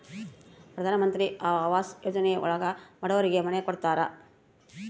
ಪ್ರಧನಮಂತ್ರಿ ಆವಾಸ್ ಯೋಜನೆ ಒಳಗ ಬಡೂರಿಗೆ ಮನೆ ಕೊಡ್ತಾರ